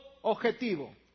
objetivo